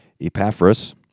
Epaphras